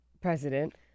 president